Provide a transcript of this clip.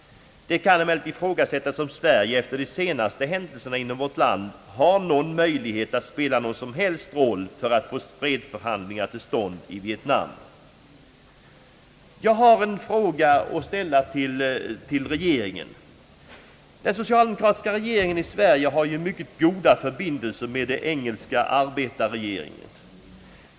Det kan emellertid ifrågasättas om Sverige efter de senaste händelserna i vårt land har någon möjlighet att spela någon som helst roll för att få fredsförhandlingar till stånd i Vietnam. Jag har en fråga att ställa till regeringen. Den socialdemokratiska regeringen i Sverige har ju mycket goda förbindelser med den engelska arbetarregeringen.